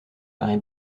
marée